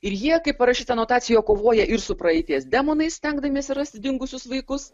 ir jie kaip parašyta anotacijoje kovoja ir su praeities demonais stengdamiesi rasti dingusius vaikus